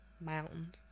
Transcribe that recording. Mountains